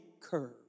curve